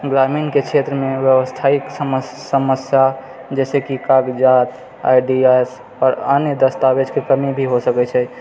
ग्रामीणके क्षेत्रमे व्यवस्थाइक समस्या जैसेकि कागजात आइ डी एस आओर अन्य दस्तावेजके कमी भी हो सकै छै